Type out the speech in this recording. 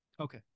Okay